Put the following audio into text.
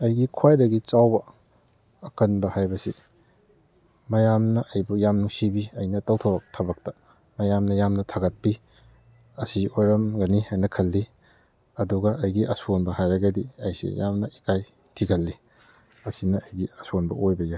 ꯑꯩꯒꯤ ꯈ꯭ꯋꯥꯏꯗꯒꯤ ꯆꯥꯎꯕ ꯑꯀꯟꯕ ꯍꯥꯏꯕꯁꯤ ꯃꯌꯥꯝꯅ ꯑꯩꯕꯨ ꯌꯥꯝ ꯅꯨꯡꯁꯤꯕꯤ ꯑꯩꯅ ꯇꯧꯊꯣꯔꯛꯄ ꯇꯕꯛꯗ ꯃꯌꯥꯝꯅ ꯌꯥꯝꯅ ꯊꯥꯒꯠꯄꯤ ꯑꯁꯤ ꯑꯣꯏꯔꯝꯒꯅꯤ ꯍꯥꯏꯅ ꯈꯜꯂꯤ ꯑꯗꯨꯒ ꯑꯩꯒꯤ ꯑꯁꯣꯟꯕ ꯍꯥꯏꯔꯒꯗꯤ ꯑꯩꯁꯤ ꯌꯥꯝꯅ ꯏꯀꯥꯏ ꯊꯤꯒꯜꯂꯤ ꯑꯁꯤꯅ ꯑꯩꯒꯤ ꯑꯁꯣꯟꯕ ꯑꯣꯏꯕ ꯌꯥꯏ